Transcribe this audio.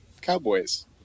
cowboys